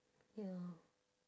ya